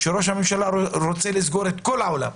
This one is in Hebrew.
שראש הממשלה רוצה לסגור את כל העולם.